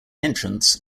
entrants